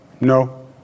no